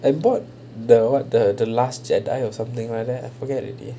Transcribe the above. I bought the what the the last jedi or something like that I forget already